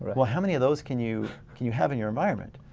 but well, how many of those can you can you have in your environment?